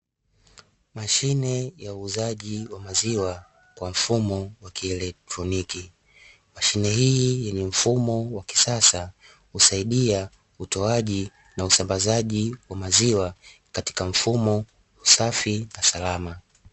Mashine ya uuzaji wa maziwa kwa mfumo wa kielektroniki, mashine hii yenye mfumo wa kisasa husaidia utoaji na usambazaji wa maziwa katika mfumo usafi na salama.